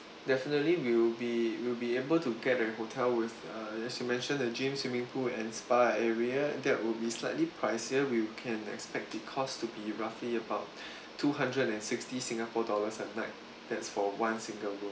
definitely we will be we will be able to get a hotel with uh as you mentioned the gym swimming pool and spa area that would be slightly pricier we can expect the cost to be roughly about two hundred and sixty singapore dollars a night that's for one single room